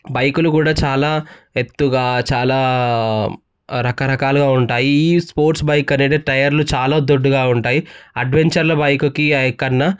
బైకులు కూడా చాలా ఎత్తుగా చాలా రకరకాలుగా ఉంటాయి ఈ స్పోర్ట్స్ బైక్ అనేది టైర్లు చాలా దొడ్డుగా ఉంటాయి అడ్వెంచర్ల బైకుకి కన్నా